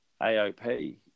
AOP